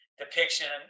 depiction